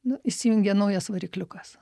nu įsijungia naujas varikliukas